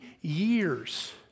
years